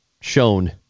shown